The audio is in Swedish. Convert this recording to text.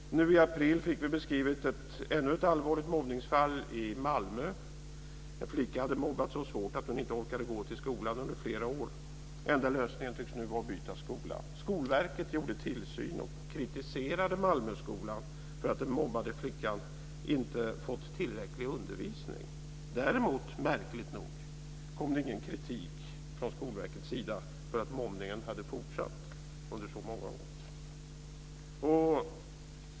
Nu i april fick vi beskrivet ännu ett allvarligt mobbningsfall i Malmö. En flicka hade mobbats så svårt att hon inte orkade gå till skolan under flera år. Enda lösningen tycks nu vara att byta skola. Skolverket gjorde tillsyn och kritiserade Malmöskolan för att den mobbade flickan inte fått tillräcklig undervisning. Däremot, märkligt nog, kom det ingen kritik från Skolverket för att mobbningen hade fortsatt under så många år.